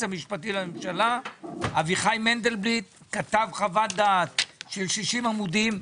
המשפטי לממשלה אביחי מנדלבליט וכתב חוות דעת של 60 עמודים.